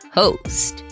host